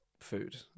food